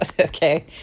okay